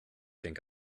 think